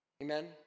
Amen